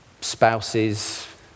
spouses